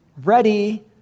ready